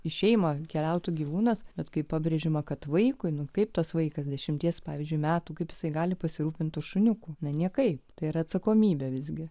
į šeimą keliautų gyvūnas bet kai pabrėžiama kad vaikui kaip tas vaikas dešimties pavyzdžiui metų kaip jisai gali pasirūpinti šuniuku na niekaip tai yra atsakomybė visgi